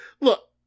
look